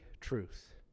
truth